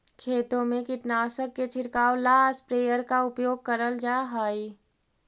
खेतों में कीटनाशक के छिड़काव ला स्प्रेयर का उपयोग करल जा हई